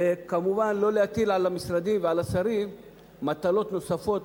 וכמובן לא להטיל על המשרדים ועל השרים מטלות נוספות